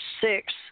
six